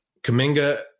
Kaminga